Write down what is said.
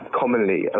commonly